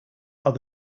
are